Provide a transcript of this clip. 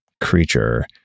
creature